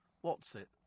What's-it